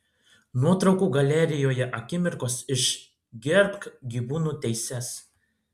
nuotraukų galerijoje akimirkos iš gerbk gyvūnų teises